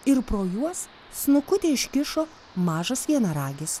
ir pro juos snukutį iškišo mažas vienaragis